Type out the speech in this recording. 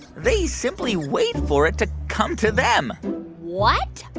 they simply wait for it to come to them what?